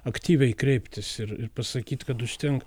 aktyviai kreiptis ir ir pasakyt kad užtenka